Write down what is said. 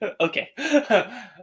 Okay